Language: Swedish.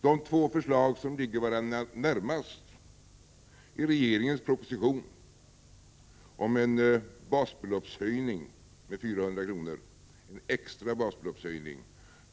De två förslag som ligger varandra närmast är regeringens proposition om en extra basbeloppshöjning med 400 kr.